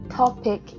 topic